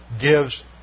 gives